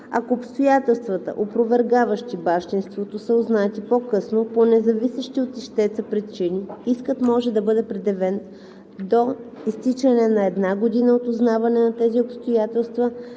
„Ако обстоятелствата, опровергаващи бащинството, са узнати по-късно по независещи от ищеца причини, искът може да бъде предявен до изтичане на една година от узнаване на тези обстоятелства,